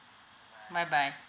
bye bye